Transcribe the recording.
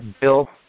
bill